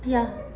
ya